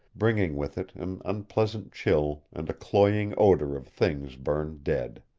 bringing with it an unpleasant chill and a cloying odor of things burned dead.